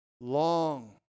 Long